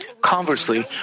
Conversely